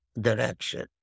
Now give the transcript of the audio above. direction